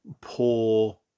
poor